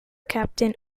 captain